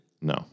No